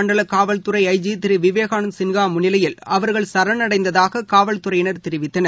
மண்டலகாவல்துறைஐஜிதிருவிவேகானந்தாசின்ஹாமுன்னிலையில் பஸ்தார் அவர்கள் சரணடைந்ததாககாவல்துறையினர் தெரிவித்தனர்